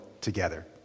together